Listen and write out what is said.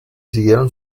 siguieron